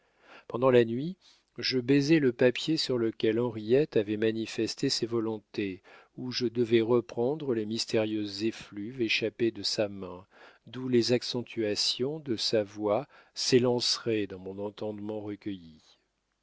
pendant la nuit je baisais le papier sur lequel henriette avait manifesté ses volontés où je devais reprendre les mystérieuses effluves échappées de sa main d'où les accentuations de sa voix s'élanceraient dans mon entendement recueilli